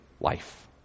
life